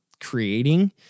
creating